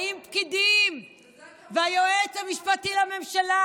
האם פקידים והיועץ המשפטי לממשלה